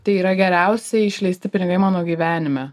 tai yra geriausiai išleisti pinigai mano gyvenime